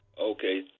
Okay